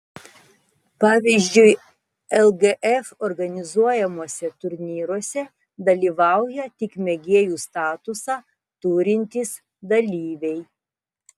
pavyzdžiui lgf organizuojamuose turnyruose dalyvauja tik mėgėjų statusą turintys dalyviai